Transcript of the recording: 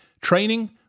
Training